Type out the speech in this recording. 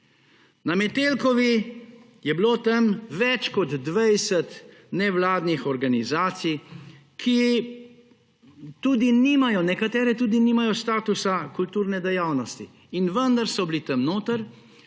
Na Metelkovi je bilo tam več kot 20 nevladnih organizacij, ki nekatere tudi nimajo statusa kulturne dejavnosti in vendar so bili tam notri.